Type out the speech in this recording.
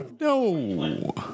No